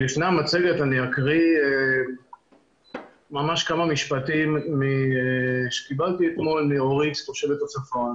לפני המצגת אקריא כמה משפטים שקיבלתי אתמול מאורית תושבת הצפון,